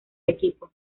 equipo